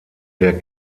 der